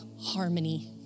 harmony